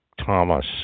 Thomas